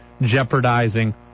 jeopardizing